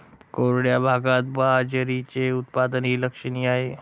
कोरड्या भागात बाजरीचे उत्पादनही लक्षणीय आहे